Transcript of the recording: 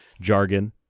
jargon